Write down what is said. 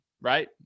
right